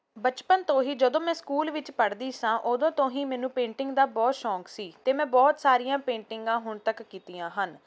ਬਚਪਨ ਤੋਂ ਹੀ ਜਦੋਂ ਮੈਂ ਸਕੂਲ ਵਿੱਚ ਪੜ੍ਹਦੀ ਸੀ ਉਦੋਂ ਤੋਂ ਹੀ ਮੈਨੂੰ ਪੇਂਟਿੰਗ ਦਾ ਬਹੁਤ ਸ਼ੌਕ ਸੀ ਅਤੇ ਮੈਂ ਬਹੁਤ ਸਾਰੀਆਂ ਪੇਂਟਿੰਗਾਂ ਹੁਣ ਤੱਕ ਕੀਤੀਆਂ ਹਨ